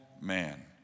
man